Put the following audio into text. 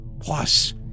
Plus